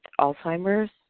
Alzheimer's